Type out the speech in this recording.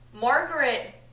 Margaret